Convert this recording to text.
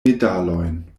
medalojn